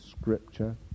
Scripture